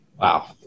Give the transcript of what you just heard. Wow